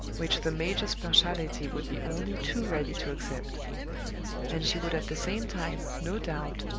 which the major's partiality would be only too ready to accept and she would at the same time, no doubt,